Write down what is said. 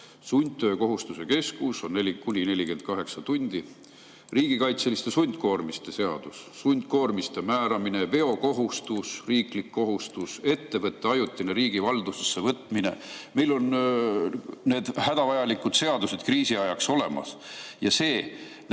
Sundtöökohustuse kestus on kuni 48 tundi. Riigikaitseliste sundkoormiste seadus: sundkoormiste määramine, veokohustus (riiklik kohustus), ettevõtte ajutine riigi valdusesse võtmine. Meil on need hädavajalikud seadused kriisiajaks olemas. Ja see näitab